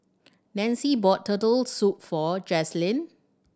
Nancy bought Turtle Soup for Jazlene